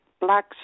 black